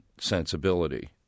sensibility